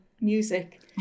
music